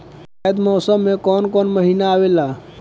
जायद मौसम में काउन काउन महीना आवेला?